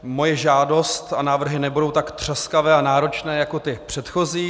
Moje žádost a návrhy nebudou tak třaskavé a náročné jako ty předchozí.